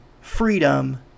freedom